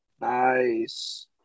Nice